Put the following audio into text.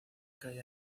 calle